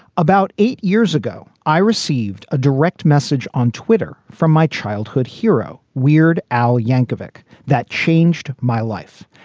about eight years ago, i received a direct message on twitter from my childhood hero. weird al yankovic that changed my life.